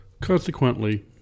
Consequently